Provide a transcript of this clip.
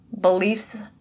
Beliefs